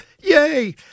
Yay